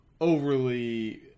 overly